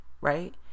right